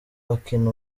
akina